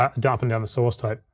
and up and down the source tape.